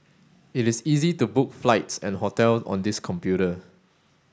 it is easy to book flights and hotels on this computer